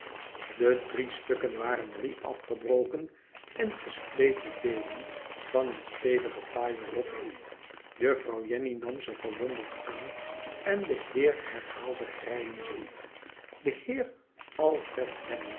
de drie stukken waren drie afgebroken en gespleten deelen van een stevigen taaien rotting juffi ouw jenny nam ze verwonderd aan en de heer herhaalde grijnzend de heer alfred